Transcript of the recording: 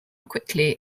quickly